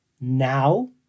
now